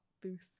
booth